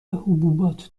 حبوبات